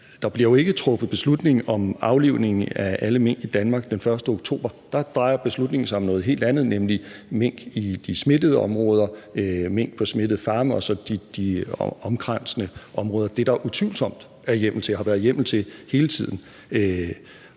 der bliver jo ikke truffet beslutning om aflivning af alle mink i Danmark den 1. oktober. Da drejede beslutningen sig om noget helt andet, nemlig mink i de smittede områder, mink på smittede farme og så de omkransende områder – det, der utvivlsomt er hjemmel til og har været hjemmel til hele tiden.